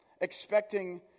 expecting